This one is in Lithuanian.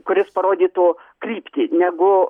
kuris parodytų kryptį negu